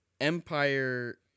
Empire